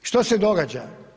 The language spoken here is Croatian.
Što se događa?